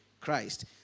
Christ